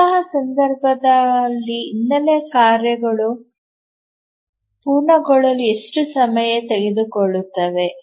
ಅಂತಹ ಸಂದರ್ಭದಲ್ಲಿ ಹಿನ್ನೆಲೆ ಕಾರ್ಯ ಪೂರ್ಣಗೊಳ್ಳಲು ಎಷ್ಟು ಸಮಯ ತೆಗೆದುಕೊಳ್ಳುತ್ತದೆ